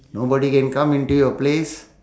nobody can come into your place